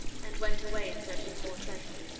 and went away in search of more treasure.